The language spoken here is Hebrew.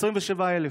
27,000